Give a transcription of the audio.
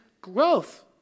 growth